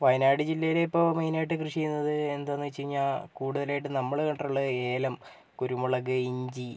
വയനാട് ജില്ലയിൽ ഇപ്പോൾ മെയിനായിട്ട് കൃഷി ചെയ്യുന്നത് എന്താന്ന് വെച്ച് കഴിഞ്ഞാൽ കൂടുതലായിട്ടും നമ്മൾ കണ്ടിട്ടുള്ളത് ഏലം കുരുമുളക് ഇഞ്ചി